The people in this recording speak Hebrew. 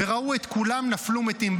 וראו את כולם נפלו מתים,